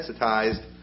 desensitized